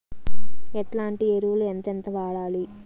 ఎట్లాంటి ఎరువులు ఎంతెంత వాడాలి?